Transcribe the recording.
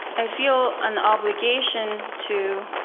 i feel an obligation to